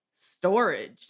storage